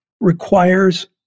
requires